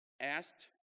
Asked